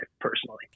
personally